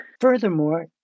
Furthermore